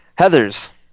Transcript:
Heathers